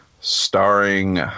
starring